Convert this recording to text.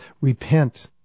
repent